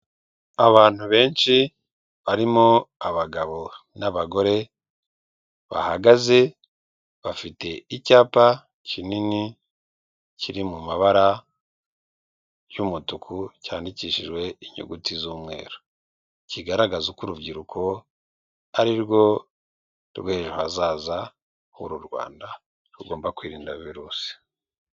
Abantu benshi barimo abagabo n'abagore bahagaze bafite icyapa kinini kiri mu mabara y'umutuku cyandikishijwe inyuguti z'umweru, kigaragaza uko urubyiruko ari rwo rw'ejo hazaza h'uru Rwanda rugomba kwirinda virusi.